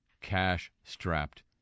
cash-strapped